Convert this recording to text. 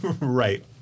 right